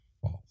false